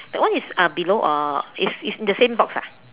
that one is uh below or it's it's in the same box ah